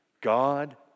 God